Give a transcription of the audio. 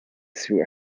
through